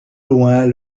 loin